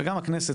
וגם הכנסת,